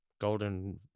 Golden